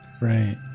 Right